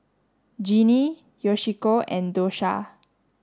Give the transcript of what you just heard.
Ginny Yoshiko and Dosha